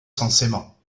censément